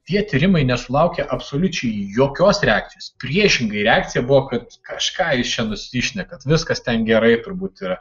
tie tyrimai nesulaukė absoliučiai jokios reakcijos priešingai reakcija buvo kad kažką jūs čia nusišnekat viskas ten gerai turbūt yra